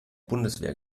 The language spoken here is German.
bundeswehr